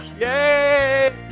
Yay